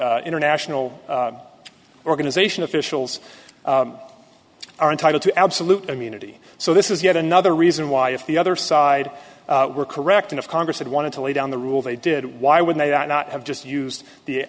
sorry international organization officials are entitled to absolute immunity so this is yet another reason why if the other side were correcting of congress and wanted to lay down the rule they did why would they not have just used the